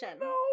No